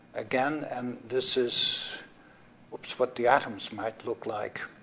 again, and this is what what the atoms might look like.